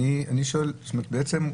בעצם,